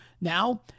now